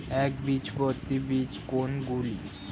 একবীজপত্রী বীজ কোন গুলি?